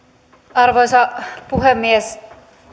arvoisa puhemies